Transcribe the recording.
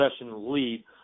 lead